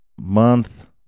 month